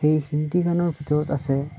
সেই হিন্দী গানৰ ভিতৰত আছে